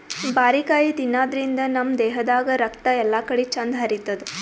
ಬಾರಿಕಾಯಿ ತಿನಾದ್ರಿನ್ದ ನಮ್ ದೇಹದಾಗ್ ರಕ್ತ ಎಲ್ಲಾಕಡಿ ಚಂದ್ ಹರಿತದ್